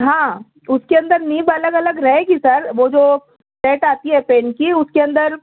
ہاں اُس کے اندر نیب الگ الگ رہے گی سر وہ جو سیٹ آتی ہے پین کی اُس کے اندر